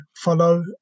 follow